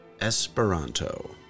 Esperanto